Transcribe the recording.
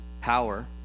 Power